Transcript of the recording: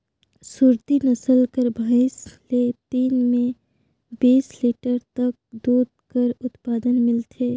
सुरती नसल कर भंइस ले दिन में बीस लीटर तक दूद कर उत्पादन मिलथे